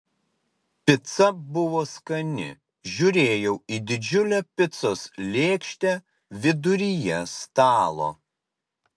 pica buvo skani žiūrėjau į didžiulę picos lėkštę viduryje stalo